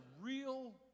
real